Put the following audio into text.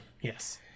Yes